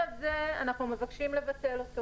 אנחנו מבקשים לבטל את ההבדל הזה.